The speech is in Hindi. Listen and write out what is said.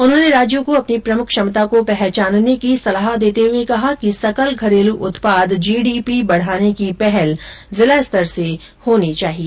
उन्होंने राज्यों को अपनी प्रमुख क्षमता को पहचानने की सलाह देते हुए कहा कि सकल घरेलू उत्पाद जीडीपी बढाने की पहल जिला स्तर से शुरू की जानी चाहिए